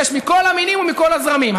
יש מכל המינים ומכל הזרמים.